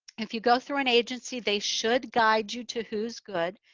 if you go through an agency, they should guide you to who's good.